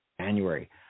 January